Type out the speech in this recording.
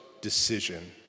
decision